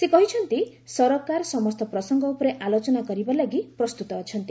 ସେ କହିଛନ୍ତି ସରକାର ସମସ୍ତ ପ୍ରସଙ୍ଗ ଉପରେ ଆଲୋଚନା କରିବା ଲାଗି ପ୍ରସ୍ତୁତ ଅଛନ୍ତି